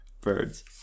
birds